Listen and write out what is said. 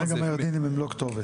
אז הירדנים הם לא כתובת.